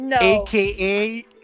aka